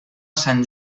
sant